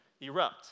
Erupt